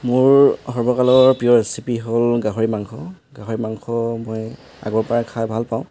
মোৰ সৰ্বকালৰ প্ৰিয় ৰেচিপি হ'ল গাহৰি মাংস গাহৰি মাংস মই আগৰ পৰাই খাই ভাল পাওঁ